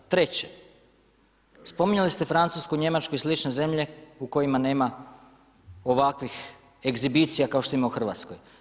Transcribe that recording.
Treće, spominjali ste Francusku, Njemačku i slične zemlje u kojima nema ovakvih ekshibicija kao što ima u Hrvatskoj.